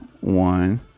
one